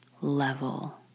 level